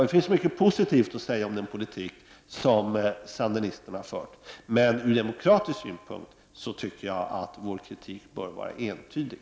Det finns mycket positivt att säga om den politik som sandinisterna har fört, men ur demokratisk synpunkt tycker jag att vår kritik bör vara entydig.